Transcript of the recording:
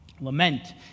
Lament